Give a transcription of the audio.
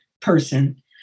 person